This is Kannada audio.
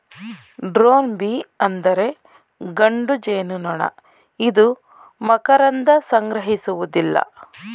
ಡ್ರೋನ್ ಬೀ ಅಂದರೆ ಗಂಡು ಜೇನುನೊಣ ಇದು ಮಕರಂದ ಸಂಗ್ರಹಿಸುವುದಿಲ್ಲ